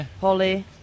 Holly